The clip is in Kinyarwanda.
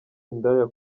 indaya